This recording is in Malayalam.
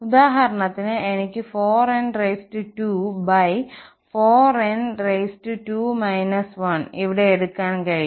ഉദാഹരണത്തിന് എനിക്ക് 4n24n2 1 ഇവിടെ എടുക്കാൻ കഴിയും